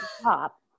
top